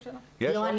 לא.